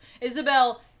isabel